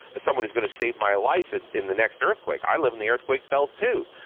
someone is going to save my life and in the next earthquake. i live in the earthquake belt too.